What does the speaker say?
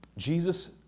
Jesus